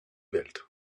welt